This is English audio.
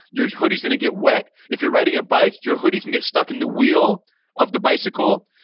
your hoodie's going to get wet. if you're riding a bike, your hoodie can get stuck in the wheel of the bicycle,